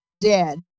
dead